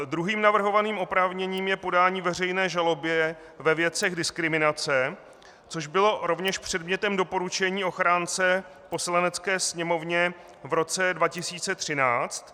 Druhým navrhovaným oprávněním je podání veřejné žaloby ve věcech diskriminace, což bylo rovněž předmětem doporučení ochránce Poslanecké sněmovně v roce 2013.